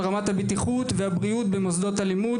רמת הבטיחות והבריאות במוסדות הלימוד.